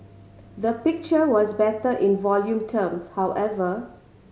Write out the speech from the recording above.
the picture was better in volume terms however